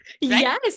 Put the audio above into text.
Yes